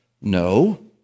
No